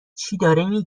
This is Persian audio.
داره